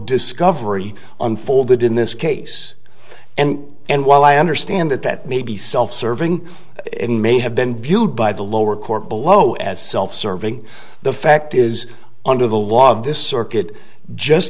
discovery unfolded in this case and and while i understand that that may be self serving in may have been viewed by the lower court below as self serving the fact is under the law of this circuit just